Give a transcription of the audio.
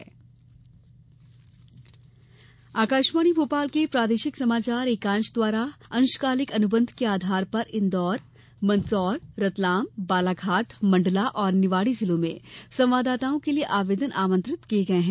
अंशकालिक संवाददाता आकाशवाणी भोपाल के प्रादेशिक समाचार एकांश द्वारा अंशकालिक अनुबंध के आधार पर इन्दौर मंदसौर रतलाम बालाघाट मंडला और निवाड़ी जिलों में संवाददाताओं के लिये आवेदन आमंत्रित किये गये हैं